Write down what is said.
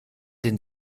den